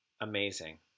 amazing